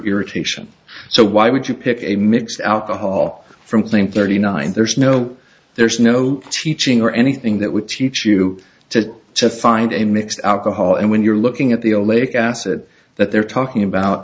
irritation so why would you pick a mix alcohol from playing thirty nine there's no there's no teaching or anything that would teach you to to find a mix alcohol and when you're looking at the ole cassatt that they're talking about